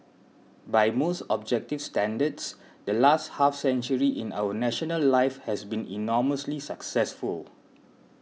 by most objective standards the last half century in our national life has been enormously successful